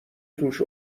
توش